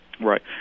right